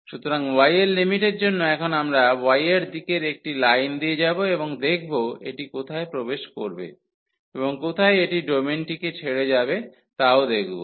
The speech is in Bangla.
সুতরাং y এর লিমিটের জন্য এখন আমরা y এর দিকের একটি লাইন দিয়ে যাব এবং দেখব এটি কোথায় প্রবেশ করবে এবং কোথায় এটি ডোমেনটিকে ছেড়ে যাবে তাও দেখব